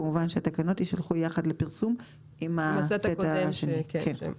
כמובן שהתקנות יישלחו יחד לפרסום עם הסט השני של התקנות.